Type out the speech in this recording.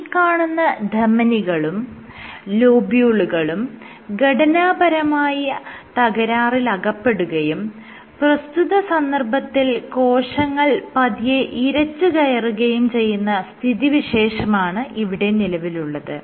ഈ കാണുന്ന ധമനികളും ലോബ്യൂകളും ഘടനപരമായ തകരാറിലകപ്പെടുകയും പ്രസ്തുത സന്ദർഭത്തിൽ കോശങ്ങൾ പതിയെ ഇരച്ചുകയറുകയും ചെയ്യുന്ന സ്ഥിതിവിശേഷമാണ് ഇവിടെ നിലവിലുള്ളത്